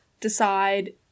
decide